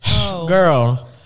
girl